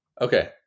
Okay